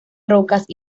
rocas